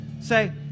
say